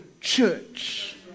church